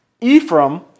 Ephraim